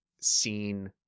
seen